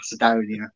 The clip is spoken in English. Macedonia